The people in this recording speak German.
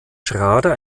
schrader